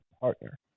partner